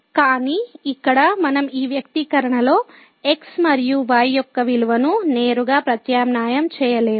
కానీ ఇక్కడ మనం ఈ వ్యక్తీకరణలో x మరియు y యొక్క విలువను నేరుగా ప్రత్యామ్నాయం చేయలేము